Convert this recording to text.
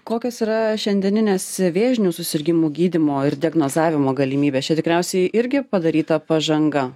kokios yra šiandieninės vėžinių susirgimų gydymo ir diagnozavimo galimybės čia tikriausiai irgi padaryta pažanga